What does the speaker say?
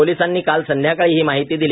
पोलीसांनी काल संध्याकाळी ही माहिती दिली